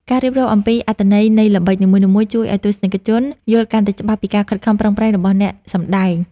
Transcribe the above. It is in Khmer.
ការរៀបរាប់ពីអត្ថន័យនៃល្បិចនីមួយៗជួយឱ្យទស្សនិកជនយល់កាន់តែច្បាស់ពីការខិតខំប្រឹងប្រែងរបស់អ្នកសម្តែង។